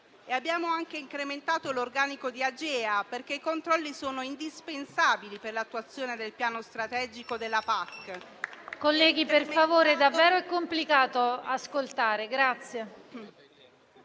Abbiamo anche incrementato l'organico di Agea, perché i controlli sono indispensabili per l'attuazione del piano strategico della PAC.